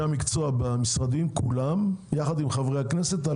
המקצוע במשרדים כולם ועם חברי הכנסת,